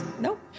Nope